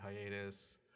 hiatus